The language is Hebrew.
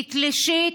תתלשי,